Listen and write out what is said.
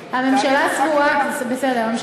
בסדר.